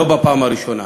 לא בפעם הראשונה,